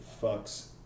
fucks